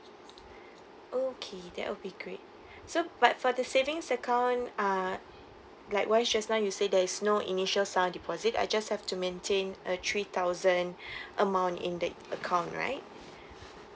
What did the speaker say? okay that would be great so but for the savings account ah like why just now you said that there is no initial start-up deposit I just have to maintain a three thousand amount in that account right